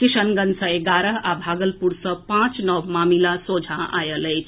किशनगंज सँ एगारह आ भागलपुर सँ पांच नव मामिला सोझा आएल अछि